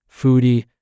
foodie